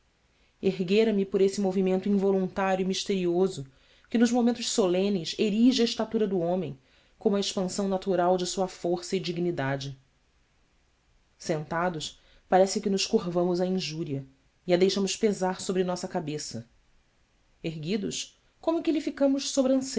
nada erguera me por esse movimento involuntário e misterioso que nos momentos solenes erige a estatura do homem como a expansão natural de sua força e dignidade sentados parece que nos curvamos à injúria e a deixamos pesar sobre nossa cabeça erguidos como que lhe ficamos